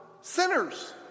sinners